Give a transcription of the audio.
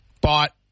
bought